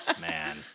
Man